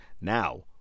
Now